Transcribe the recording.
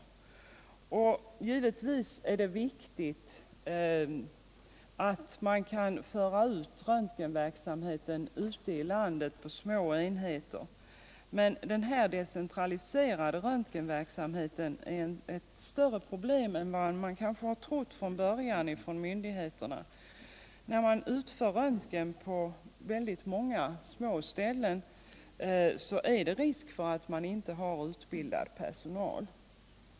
Givetvis är det viktigt att man kan föra ut röntgenverksamheten ute i landet till små enheter. Men denna decentraliserade röntgenverksamhet är ett större problem än vad myndigheterna från början kanske trodde. När röntgen används på många små avdelningar är det risk för att man inte har utbildad personal.